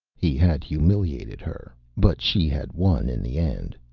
he had humiliated her, but she had won in the end.